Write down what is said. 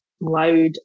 loud